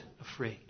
afraid